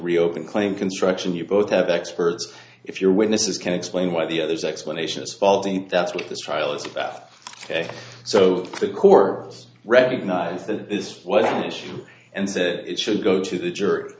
reopen claim construction you both have experts if your witnesses can explain why the other's explanation is faulty that's what this trial is about ok so the corps recognized that this was an issue and that it should go to the jury